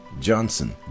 Johnson